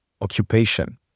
occupation